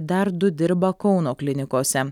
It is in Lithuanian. dar du dirba kauno klinikose